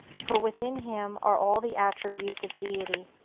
for within him are all the attributes of deity,